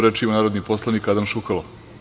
Reč ima narodni poslanik Adam Šukalo.